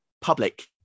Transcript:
public